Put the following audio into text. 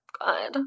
God